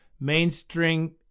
mainstream